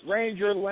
Ranger